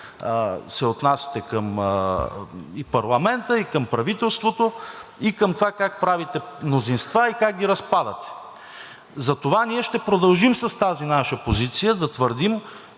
се отнасяте и към парламента, и към правителството, и към това как правите мнозинства, и как ги разпадате. Затова ние ще продължим с тази наша позиция да твърдим,